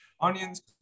Onions